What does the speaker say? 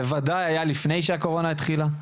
זה ודאי היה לפני שהקורונה התחילה.